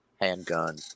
handgun